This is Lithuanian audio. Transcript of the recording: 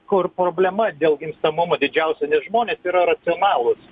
kur problema dėl gimstamumo didžiausia žmonės yra racionalūs